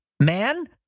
Man